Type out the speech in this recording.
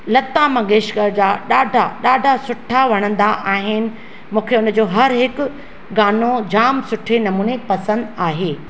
लता मंगेशकर जा ॾाढा ॾाढा सुठा वणंदा आहिनि मूंखे हुन जो हर हिकु गानो जाम सुठे नमूने पसंदि आहे